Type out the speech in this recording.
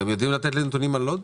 אתם יודעים לתת נתונים על לוד?